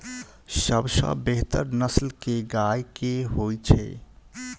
सबसँ बेहतर नस्ल केँ गाय केँ होइ छै?